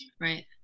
right